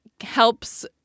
helps